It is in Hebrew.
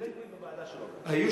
היה חבר בדואי בוועדה שלו.